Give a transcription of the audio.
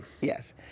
Yes